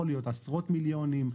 יכול להיות עשרות מיליונים,